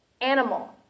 animal